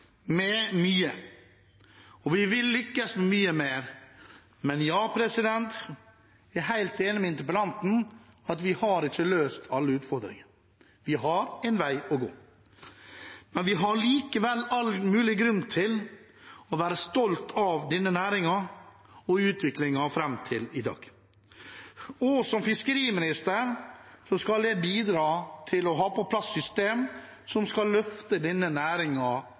med mye, og vi vil lykkes mye mer, men ja, jeg er helt enig med interpellanten i at vi har ikke løst alle utfordringene. Vi har en vei å gå, men vi har likevel all mulig grunn til å være stolt av denne næringen og utviklingen fram til i dag. Som fiskeriminister skal jeg bidra til å få på plass system som skal løfte denne